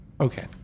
Okay